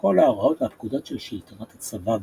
כל ההוראות והפקודות של שלטונות הצבא בעיר.